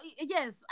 yes